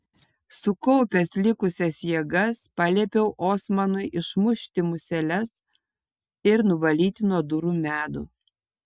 sukaupęs likusias jėgas paliepiau osmanui išmušti museles ir nuvalyti nuo durų medų